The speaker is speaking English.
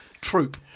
troop